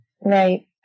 Right